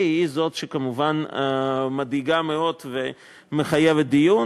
היא זאת שכמובן מדאיגה מאוד ומחייבת דיון.